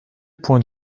point